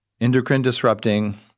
endocrine-disrupting